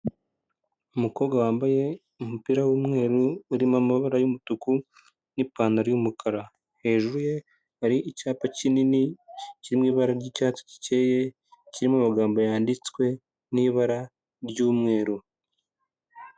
Umukobwa wambaye umupira w'umweru urimo amabara y'umutuku n'ipantaro y'umukara. Hejuru ye hari icyapa kinini kiri mu ibara ry'icyatsi gikeye kirimo amagambo yanditswe n'ibara ry'umweru.